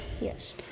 Yes